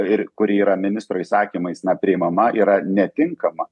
ir kuri yra ministro įsakymais na priimama yra netinkama